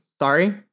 Sorry